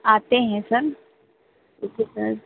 आते हैं सर ठीक है सर